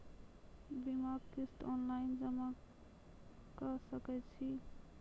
बीमाक किस्त ऑनलाइन जमा कॅ सकै छी?